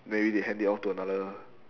maybe they hand it off to another